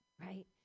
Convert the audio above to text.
Right